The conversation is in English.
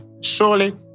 Surely